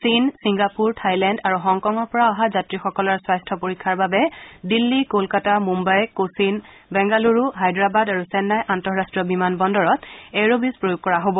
চীন Singapore Thailand আৰু হংকঙৰ পৰা অহা যাত্ৰীসকলৰ স্বাস্থ্য পৰীক্ষাৰ বাবে দিল্লী কলকাতা মুন্নাই কোছিন বেংগালুৰু হায়দৰাবাদ আৰু চেন্নাই আন্তঃৰট্টীয় বিমান বন্দৰত এৰব্ৰীজ প্ৰয়োগ কৰা হব